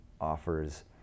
offers